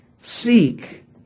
seek